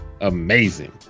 amazing